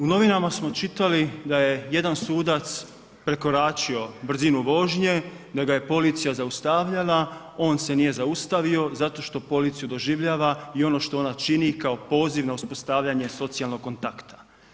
U novinama smo čitali da je jedan sudac prekoračio brzinu vožnje, da ga je policija zaustavljala, on se nije zaustavio zato što policiju doživljava i ono što ona čini kao poziv na uspostavljanje socijalnog kontakta.